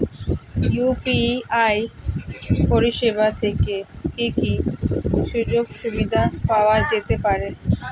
UPI পরিষেবা থেকে কি কি সুযোগ সুবিধা পাওয়া যেতে পারে?